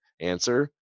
answer